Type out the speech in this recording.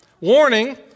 Warning